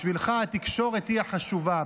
בשבילך התקשורת היא החשובה,